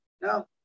no